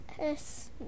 Yes